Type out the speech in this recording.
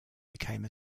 became